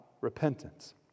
repentance